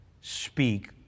speak